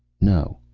no.